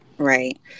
Right